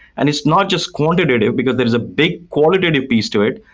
and it's not just quantitative, because there was a big qualitative piece to it,